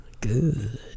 Good